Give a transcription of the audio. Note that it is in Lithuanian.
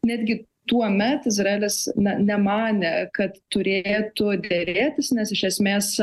netgi tuomet izraelis na nemanė kad turėtų derėtis nes iš esmės